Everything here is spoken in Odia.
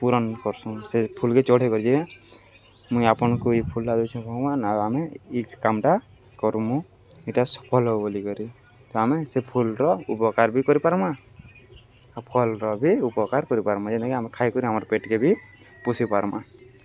ପୂରଣ କରସୁଁ ସେ ଫୁଲକେ ଚଢ଼େଇ ପ ଯେ ଯେ ମୁଇଁ ଆପଣଙ୍କୁ ଏଇ ଫୁଲଟା ଦଛମା ନା ଆମେ ଏଇ କାମଟା କରୁ ମୁୁଁ ଏଇଟା ସଫଲ ହଉ ବୋିକରି ତ ଆମେ ସେ ଫୁଲର ଉପକାର ବି କରିପାର୍ମା ଆଉ ଫଲର ବି ଉପକାର କରିପାର୍ମା ଯେନ୍କି ଆମେ ଖାଇକ ଆମର୍ ପେଟକେ ବି ପୋଷି ପାର୍ମା